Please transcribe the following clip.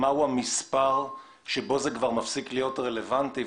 המספר שבו זה כבר מפסיק להיות רלוונטי.